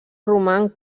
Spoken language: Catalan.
roman